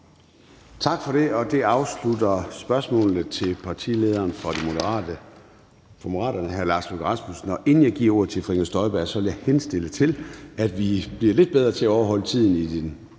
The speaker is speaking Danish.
Tak for det. Det afslutter spørgsmålene til partilederen for Moderaterne, hr. Lars Løkke Rasmussen. Inden jeg giver ordet til fru Inger Støjberg, vil jeg henstille til, at vi bliver lidt bedre til at overholde tiden i de